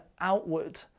outward